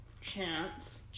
Chance